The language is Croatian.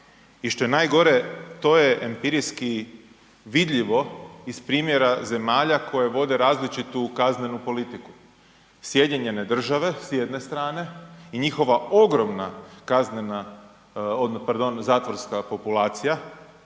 i što je najgore, to je empirijski vidljivo iz primjera zemljama koje vode različitu kaznenu politiku. Sjedinjene države, s jedne strane i njihova ogromna kaznena, pardon zatvorska populacija